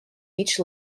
each